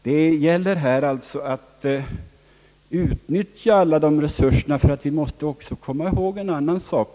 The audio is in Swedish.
Det gäller här alltså att utnyttja alla våra resurser, men vi måste också komma ihåg en annan sak.